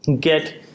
get